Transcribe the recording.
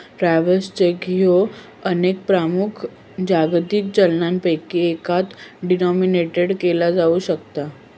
travellers cheque ह्या अनेक प्रमुख जागतिक चलनांपैकी एकात डिनोमिनेटेड केला जाऊ शकता